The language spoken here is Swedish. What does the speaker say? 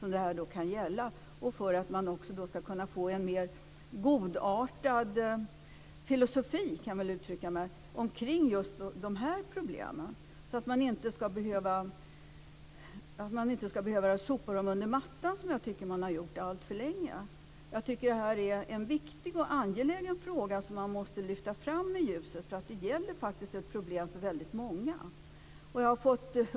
Man ska också kunna få en mer godartad filosofi omkring just dessa problem, så att man inte ska behöva sopa dem under mattan, som jag tycker att man har gjort alltför länge. Jag tycker att detta är en viktig och angelägen fråga som man måste lyfta fram i ljuset. Det gäller faktiskt något som är ett problem för väldigt många.